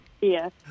Yes